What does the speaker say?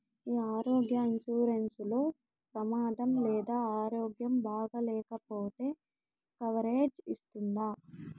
ఈ ఆరోగ్య ఇన్సూరెన్సు లో ప్రమాదం లేదా ఆరోగ్యం బాగాలేకపొతే కవరేజ్ ఇస్తుందా?